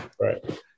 Right